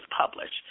published